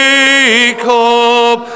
Jacob